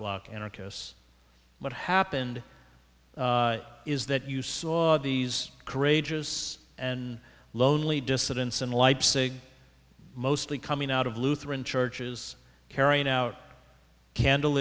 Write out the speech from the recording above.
bloc anarchists what happened is that you saw these courageous and lonely dissidents in leipzig mostly coming out of lutheran churches carrying out candle